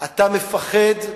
אתה מפחד,